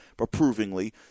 approvingly